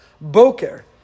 Boker